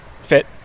fit